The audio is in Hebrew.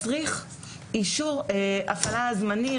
מצריך אישור הפעלה זמני,